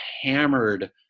hammered